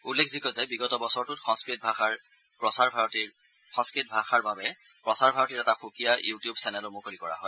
উল্লেখযোগ্য যে বিগত বছৰটোত সংস্কত ভাষাৰ বাবে প্ৰচাৰ ভাৰতীৰ এটা সুকীয়া ইউ টিউব চেনেলো মুকলি কৰা হয়